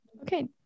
Okay